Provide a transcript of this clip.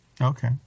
Okay